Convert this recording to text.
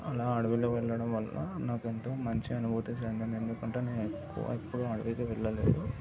అలా అడివిలో వెళ్ళడం వల్ల నాకు ఎంతో మంచి అనుభూతి చెందింది ఎందుకంటే నేను ఎక్కువ ఎప్పుడు అడవికి వెళ్ళలేదు